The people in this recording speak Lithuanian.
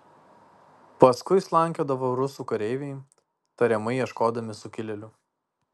paskui slankiodavo rusų kareiviai tariamai ieškodami sukilėlių